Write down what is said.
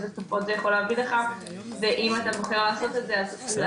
איזה תופעות זה יכול להביא לך ואם אתה בוחר לעשות את זה אז להיות